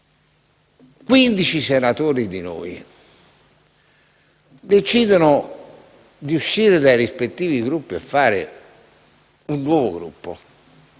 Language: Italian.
senatori decidono di uscire dai rispettivi Gruppi per fare un nuovo Gruppo...